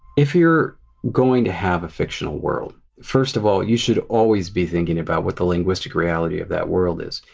if you're going to have a fictional world, first of all you should always be thinking about what the linguistic reality of that world is.